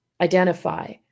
identify